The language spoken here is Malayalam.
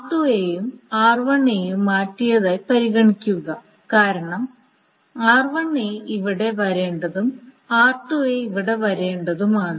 r2 ഉം r1 ഉം മാറ്റിയതായി പരിഗണിക്കുക കാരണം r1 ഇവിടെ വരേണ്ടതും r2 ഇവിടെ വരേണ്ടതുമാണ്